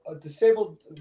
disabled